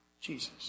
Jesus